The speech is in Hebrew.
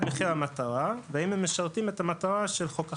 מחיר המטרה והאם הם משרתים את המטרה של חוק החלב.